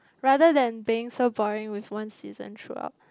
rather than being so boring with one season throughout